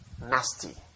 nasty